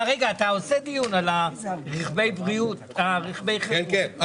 הישיבה ננעלה בשעה 13:43.